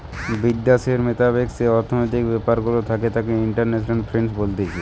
বিদ্যাশের মোতাবেক যেই অর্থনৈতিক ব্যাপার গুলা থাকে তাকে ইন্টারন্যাশনাল ফিন্যান্স বলতিছে